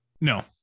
no